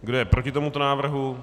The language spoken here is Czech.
Kdo je proti tomuto návrhu?